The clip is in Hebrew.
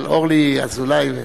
אבל אורלי אזולאי?